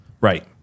right